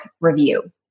review